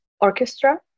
orchestra